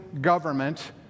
government